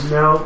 no